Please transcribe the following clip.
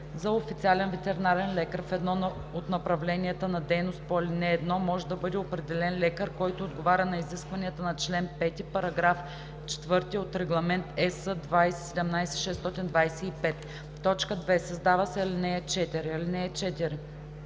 За официален ветеринарен лекар в едно от направленията на дейност по ал. 1 може да бъде определен лекар, който отговаря на изискванията по чл. 5, параграф 4 от Регламент (EС) 2017/625.“ 2. Създава се ал. 4: